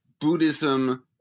Buddhism